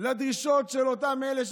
לדרישות של אותם אלה,